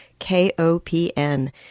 KOPN